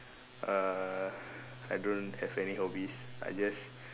uh I don't have any hobbies I just